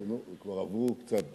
טוב, נו, עבר קצת